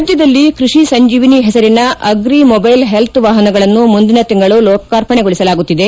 ರಾಜ್ಯದಲ್ಲಿ ಕೈಷಿ ಸಂಜೀವಿನಿ ಹೆಸರಿನ ಅಗ್ರಿ ಮೊಬೈಲ್ ಹೆಲ್ತ್ ವಾಹನಗಳನ್ನು ಮುಂದಿನ ತಿಂಗಳು ಲೋರ್ಕಾಪಣೆಗೊಳಸಲಾಗುತ್ತಿದೆ